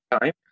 time